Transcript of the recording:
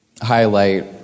highlight